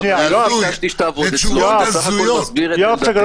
תשובות הזויות.